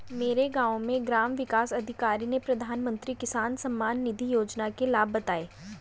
मेरे गांव में ग्राम विकास अधिकारी ने प्रधानमंत्री किसान सम्मान निधि योजना के लाभ बताएं